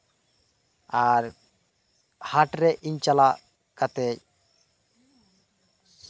ᱟᱨ ᱦᱟᱴ ᱨᱮ ᱤᱧ ᱪᱟᱞᱟᱜ ᱠᱟᱛᱮᱫ